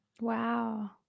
Wow